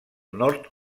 nord